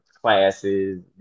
classes